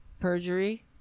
Perjury